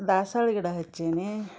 ದಾಸ್ವಾಳ ಗಿಡ ಹಚ್ಚೀನಿ